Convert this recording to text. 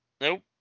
Nope